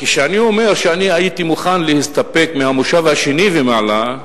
כשאני אומר שאני הייתי מוכן להסתפק מהמושב השני ומעלה,